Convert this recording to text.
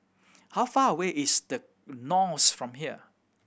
how far away is The Knolls from here